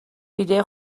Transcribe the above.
ایده